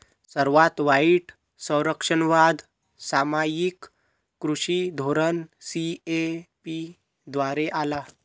सर्वात वाईट संरक्षणवाद सामायिक कृषी धोरण सी.ए.पी द्वारे आला